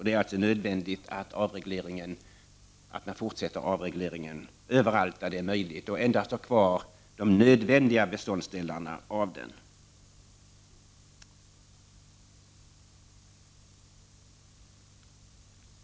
Det är alltså nödvändigt att avregleringen fortsätter överallt där det är möjligt, så att endast de nödvändigaste beståndsdelarna av den blir kvar.